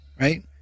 right